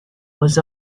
was